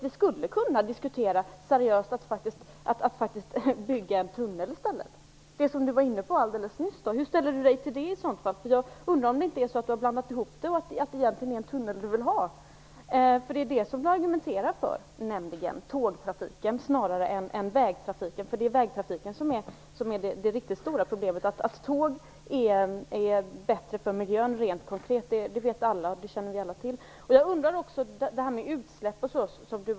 Vi skulle seriöst kunna diskutera att bygga en tunnel i stället. Det var Bertil Persson inne på alldeles nyss. Hur ställer han sig till det? Jag undrar om inte Bertil Persson har blandat ihop detta, och att det egentligen är en tunnel han vill ha. Det är nämligen det han argumenterar för: tågtrafik snarare än vägtrafik. Det är vägtrafiken som är det riktigt stora problemet. Att tåg är bättre för miljön rent konkret vet alla, det känner vi alla till. Jag undrar också över det här med utsläpp.